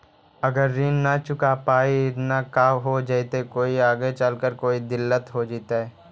अगर ऋण न चुका पाई न का हो जयती, कोई आगे चलकर कोई दिलत हो जयती?